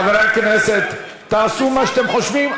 חברי הכנסת, תעשו מה שאתם חושבים.